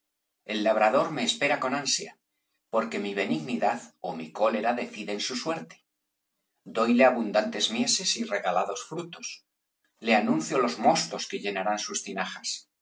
el labrador me espera con ansia porque mi benignidad ó mi cólera de ciden su suerte doile abundantes mieses y regalados frutos le anuncio los mostos que llenarán sus tinajas